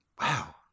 Wow